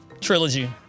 Trilogy